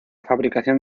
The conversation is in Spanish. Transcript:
fabricación